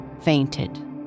fainted